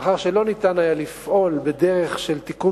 מאחר שלא היה אפשר לפעול בדרך של תיקון